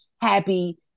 happy